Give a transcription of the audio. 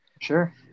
Sure